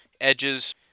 edges